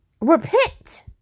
Repent